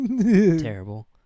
Terrible